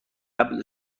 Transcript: قبل